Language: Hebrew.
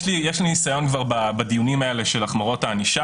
הדיון הוא לא אם כן יש עלייה או אין עלייה.